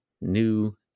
new